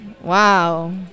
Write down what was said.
Wow